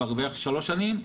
כבר בערך שלוש שנים.